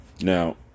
Now